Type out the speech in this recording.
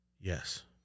Yes